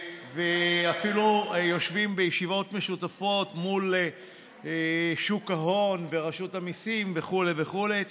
ואפילו יושבים בישיבות משותפות מול שוק ההון ורשות המיסים וכו' מיקי,